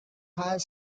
high